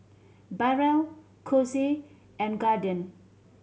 Barrel Kose and Guardian